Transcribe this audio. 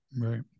Right